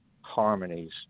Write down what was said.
harmonies